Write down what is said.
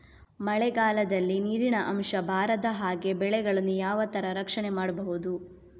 ಮಳೆಗಾಲದಲ್ಲಿ ನೀರಿನ ಅಂಶ ಬಾರದ ಹಾಗೆ ಬೆಳೆಗಳನ್ನು ಯಾವ ತರ ರಕ್ಷಣೆ ಮಾಡ್ಬಹುದು?